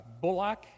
bullock